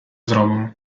зробимо